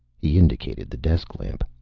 he indicated the desk lamp.